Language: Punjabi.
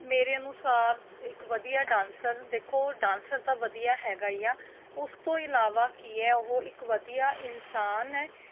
ਮੇਰੇ ਅਨੁਸਾਰ ਇੱਕ ਵਧੀਆ ਡਾਂਸਰ ਦੇਖੋ ਡਾਂਸਰ ਤਾਂ ਵਧੀਆ ਹੈਗਾ ਹੀ ਆ ਉਸ ਤੋਂ ਇਲਾਵਾ ਕੀ ਹੈ ਉਹ ਇੱਕ ਵਧੀਆ ਇਨਸਾਨ ਹੈ